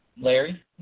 Larry